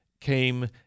came